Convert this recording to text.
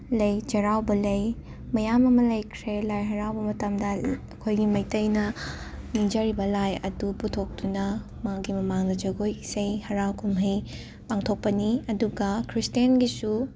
ꯂꯩ ꯆꯩꯔꯥꯎꯕ ꯂꯩ ꯃꯌꯥꯝ ꯃꯃ ꯂꯩꯈ꯭ꯔꯦ ꯂꯥꯏ ꯍꯔꯥꯎꯕ ꯃꯇꯝꯗ ꯂ ꯑꯈꯣꯏꯒꯤ ꯃꯩꯇꯩꯅ ꯅꯤꯡꯖꯔꯤꯕ ꯂꯥꯏ ꯑꯗꯨ ꯄꯨꯊꯣꯛꯇꯨꯅ ꯃꯥꯒꯤ ꯃꯃꯥꯡꯗ ꯖꯒꯣꯏ ꯏꯁꯩ ꯍꯔꯥꯎ ꯀꯨꯝꯍꯩ ꯄꯥꯡꯊꯣꯛꯄꯅꯤ ꯑꯗꯨꯒ ꯈ꯭ꯔꯤꯁꯇꯦꯟꯒꯤꯁꯨ